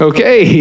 Okay